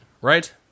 right